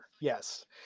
Yes